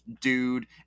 dude